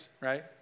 right